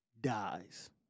dies